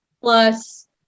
plus